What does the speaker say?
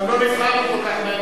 גם לא נבחרנו כל כך מהר,